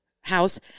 house